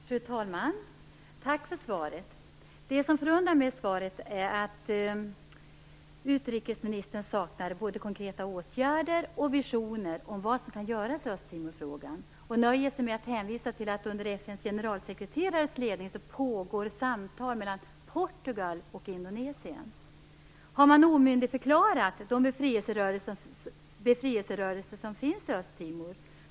Fru talman! Tack för svaret. Det förundrar mig att utrikesministern saknar både konkreta åtgärder och visioner om vad som kan göras i Östtimorfrågan. Hon nöjer sig med att hänvisa till att det under FN:s generalsekreterares ledning pågår samtal mellan Portugal och Indonesien. Har man omyndigförklarat de befrielserörelser som finns i Östtimor?